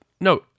No